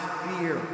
fear